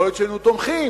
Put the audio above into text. יכול להיות שהיינו תומכים.